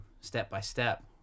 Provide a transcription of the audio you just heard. step-by-step